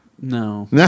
No